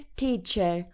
teacher